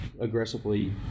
aggressively